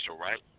right